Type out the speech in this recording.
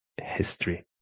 history